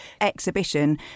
exhibition